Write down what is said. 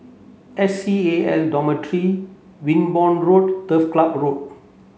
S C A L Dormitory Wimborne Road Turf Club Road